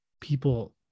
people